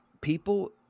people